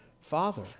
Father